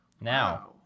Now